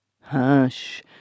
Hush